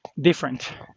different